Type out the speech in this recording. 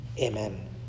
Amen